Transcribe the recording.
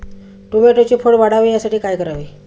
टोमॅटोचे फळ वाढावे यासाठी काय करावे?